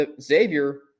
Xavier